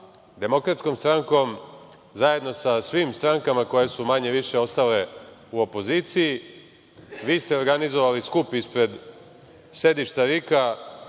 zajedno sa DS, zajedno sa svim strankama koje su manje-više ostale u opoziciji. Vi ste organizovali skup ispred sedišta RIK-a